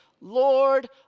Lord